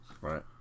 Right